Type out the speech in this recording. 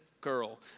girl